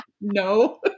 No